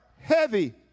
heavy